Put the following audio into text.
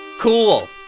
cool